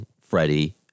Freddie